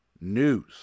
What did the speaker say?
news